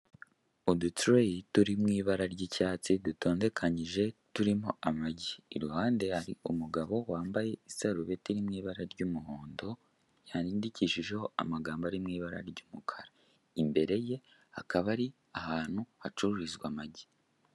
Udutereyi turi mu ibara ry'icyatsi dutondekanyije, turimo amagi. Iruhande hari umugabo wambaye isarubeti iri mu ibara ry'umuhondo, yandikishijeho amagambo ari mu ibara ry'umukara. Imbere ye hakaba ari ahantu hacururizwa amagi.